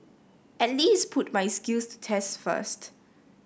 at least put my skills to test first